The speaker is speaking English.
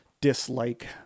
dislike